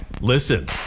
listen